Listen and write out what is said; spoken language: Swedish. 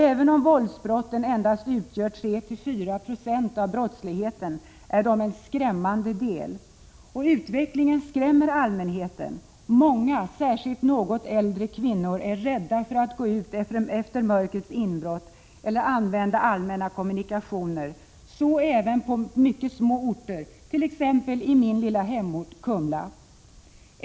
Även om våldsbrotten endast utgör 3-4 96 av brottsligheten, är det en skrämmande del. Utvecklingen skrämmer allmänheten. Många, särskilt något äldre kvinnor, är rädda för att gå ut efter mörkrets inbrott eller använda allmänna kommunikationer — så även på mycket små orter, t.ex. i min hemort, Kumla.